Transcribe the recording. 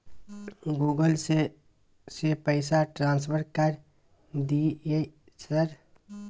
Google से से पैसा ट्रांसफर कर दिय सर?